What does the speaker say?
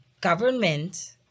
government